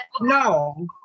no